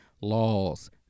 laws